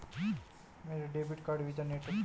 मेरा debit card Visa network का है